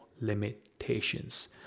limitations